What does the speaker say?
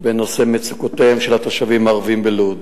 לסדר-היום בנושא מצוקותיהם של התושבים הערבים בלוד.